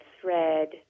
thread